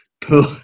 pull